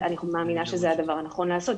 אני מאמינה שזה הדבר הנכון לעשות.